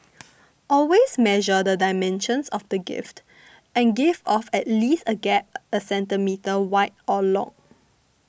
always measure the dimensions of the gift and give off at least a gap a centimetre wide or long